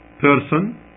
person